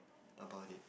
about it